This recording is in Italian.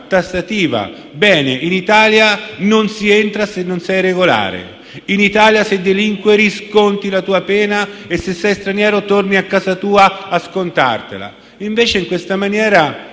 tassativa: in Italia non si entra se non si è regolari; in Italia se delinqui sconti la tua pena e se sei straniero torni a casa tua a scontartela. Invece, con il